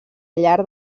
llar